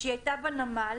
17